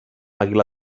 àguila